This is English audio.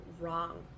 wrong